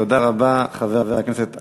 תודה רבה, חבר הכנסת אייכלר.